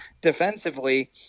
defensively